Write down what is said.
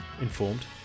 informed